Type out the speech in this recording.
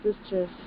sisters